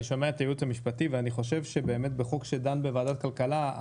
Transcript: אני שומע את הייעוץ המשפטי ואני חושב שבאמת חוק שנדון בוועדת הכלכלה,